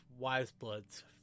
Wiseblood's